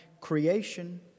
creation